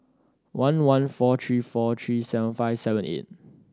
one one four three four three seven five seven eight